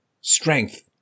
strength